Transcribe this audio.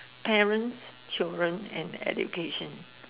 parents children and education